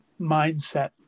mindset